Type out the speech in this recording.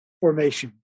formation